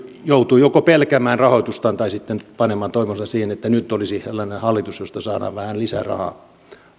joutuu joko pelkäämään rahoitustaan tai sitten panemaan toivonsa siihen että nyt olisi sellainen hallitus josta saadaan vähän lisärahaa